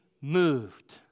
moved